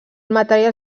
material